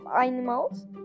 animals